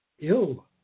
Ill